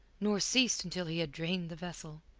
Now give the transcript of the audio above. nor ceased until he had drained the vessel.